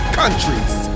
countries